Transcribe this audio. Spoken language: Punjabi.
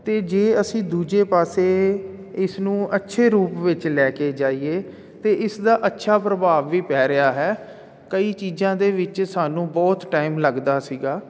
ਅਤੇ ਜੇ ਅਸੀਂ ਦੂਜੇ ਪਾਸੇ ਇਸ ਨੂੰ ਅੱਛੇ ਰੂਪ ਵਿੱਚ ਲੈ ਕੇ ਜਾਈਏ ਤਾਂ ਇਸ ਦਾ ਅੱਛਾ ਪ੍ਰਭਾਵ ਵੀ ਪੈ ਰਿਹਾ ਹੈ ਕਈ ਚੀਜ਼ਾਂ ਦੇ ਵਿੱਚ ਸਾਨੂੰ ਬਹੁਤ ਟਾਈਮ ਲੱਗਦਾ ਸੀਗਾ